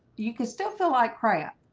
you can still feel like crap,